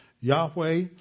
Yahweh